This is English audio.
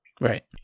Right